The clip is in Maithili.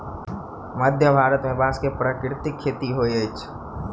मध्य भारत में बांस के प्राकृतिक खेती होइत अछि